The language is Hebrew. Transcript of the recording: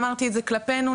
ואמרתי את זה כלפינו,